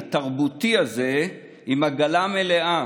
התרבותי הזה עם עגלה מלאה,